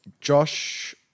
Josh